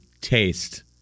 taste